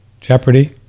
Jeopardy